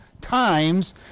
times